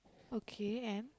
okay and